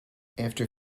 after